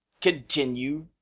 continue